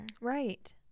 Right